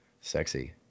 sexy